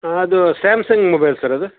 ಹಾಂ ಅದು Samsung mobile sir ಅದು